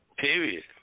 Period